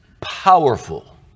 powerful